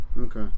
Okay